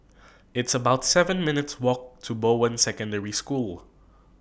It's about seven minutes' Walk to Bowen Secondary School